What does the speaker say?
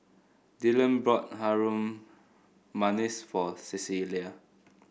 Dyllan bought Harum Manis for Cecilia